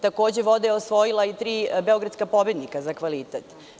Takođe, voda je osvojila i tri „Beogradska pobednika“ za kvalitet.